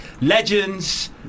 Legends